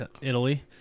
Italy